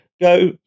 go